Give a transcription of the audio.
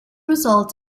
results